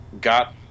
got